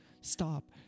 Stop